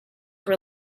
were